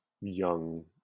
young